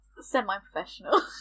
semi-professional